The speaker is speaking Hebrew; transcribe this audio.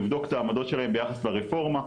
לבדוק את העמדות שלהם ביחס לרפורמה,